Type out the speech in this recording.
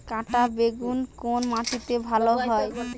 কাঁটা বেগুন কোন মাটিতে ভালো হয়?